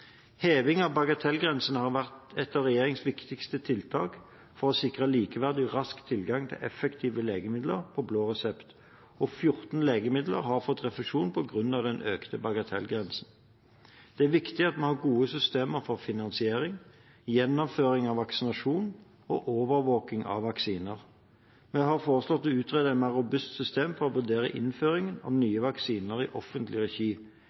Heving av bagatellgrensen har vært et av regjeringens viktigste tiltak for å sikre likeverdig og rask tilgang til effektive legemidler på blå resept, og 14 legemidler har fått refusjon på grunn av den økte bagatellgrensen. Det er viktig at vi har gode systemer for finansiering, gjennomføring av vaksinasjon og overvåking av vaksiner. Vi har foreslått å utrede et mer robust system for å vurdere innføring av nye vaksiner i offentlig regi.